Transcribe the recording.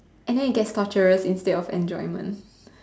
and then it gets torturous instead of enjoyment